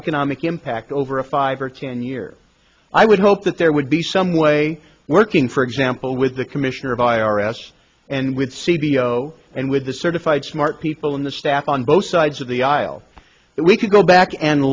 economic impact over a five or ten years i would hope that there would be some way working for example with the commissioner of i r s and with c b s and with the certified smart people in the staff on both sides of the aisle that we could go back and